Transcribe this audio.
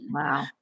Wow